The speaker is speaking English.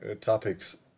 topics